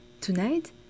Tonight